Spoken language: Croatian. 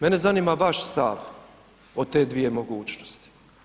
Mene zanima vaš stav o te dvije mogućnosti.